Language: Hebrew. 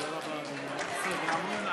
אם כן, חברים,